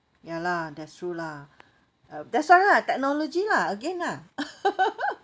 ya lah that's true lah uh that's why lah technology lah again lah